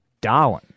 Darwin